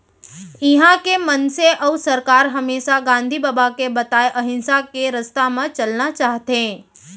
इहॉं के मनसे अउ सरकार हमेसा गांधी बबा के बताए अहिंसा के रस्ता म चलना चाहथें